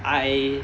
I